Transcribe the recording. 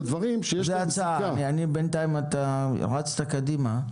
אתה בינתיים רצת קדימה.